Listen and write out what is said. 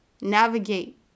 navigate